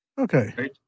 Okay